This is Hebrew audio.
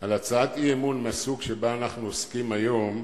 על הצעת אי-אמון מהסוג שבו אנחנו עוסקים היום,